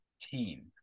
team